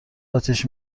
اتیش